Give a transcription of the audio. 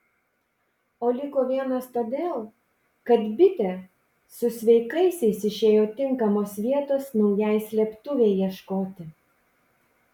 o liko vienas todėl kad bitė su sveikaisiais išėjo tinkamos vietos naujai slėptuvei ieškoti